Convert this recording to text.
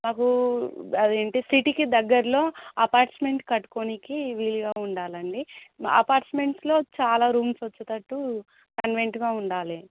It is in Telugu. మాకు అదేంటి సిటీకి దగ్గరలో అపార్ట్మెంట్ కట్టుకోడానికి వీలుగా ఉండాలండి అపార్ట్మెంట్స్లో చాలా రూమ్స్ వచ్చేటట్టు కన్వీనెంట్గా ఉండాలి